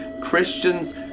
Christians